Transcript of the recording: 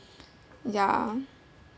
ya